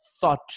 thought